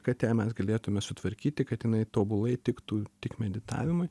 kad ją mes galėtume sutvarkyti kad jinai tobulai tiktų tik meditavimui